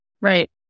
Right